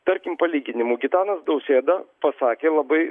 tarkim palyginimui gitanas nausėda pasakė labai